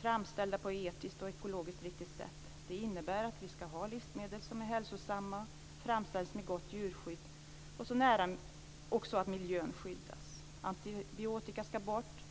framställda på ett ekologiskt och etiskt riktigt sätt. Det innebär att vi ska ha livsmedel som är hälsosamma, som framställs med gott djurskydd och med hänsyn till miljön. Antibiotika ska bort.